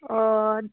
अ